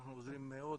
אנחנו עוזרים מאוד